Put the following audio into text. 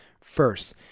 first